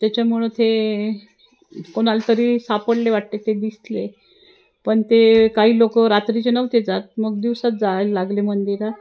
त्याच्यामुळं ते कोणाला तरी सापडले वाटते ते दिसले पण ते काही लोकं रात्रीचे नव्हते जात मग दिवसा जाय लागले मंदिरात